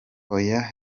oya